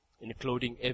Including